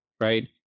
right